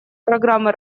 программы